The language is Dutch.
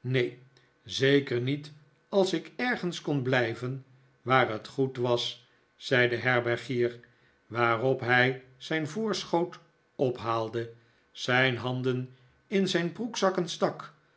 neen zeker niet als ik ergens kon blijven waar het goed was zei de herbergier waarop hij zijn voorschoot ophaalde zijn handen in zijn broekzakken stak